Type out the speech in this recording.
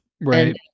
Right